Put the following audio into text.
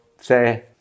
say